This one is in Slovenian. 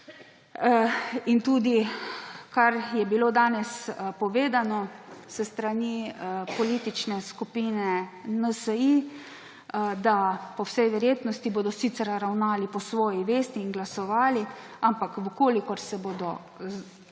Tudi kar je bilo danes povedano s strani politične skupine NSi, da po vsej verjetnosti bodo sicer ravnali po svoji vesti in glasovali, ampak v kolikor se bodo vzdržali,